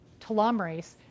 telomerase